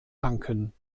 danken